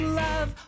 love